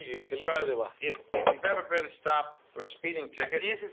because if if you've ever been stopped for a speeding ticket,